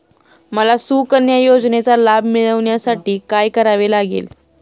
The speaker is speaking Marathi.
मला सुकन्या योजनेचा लाभ मिळवण्यासाठी काय करावे लागेल?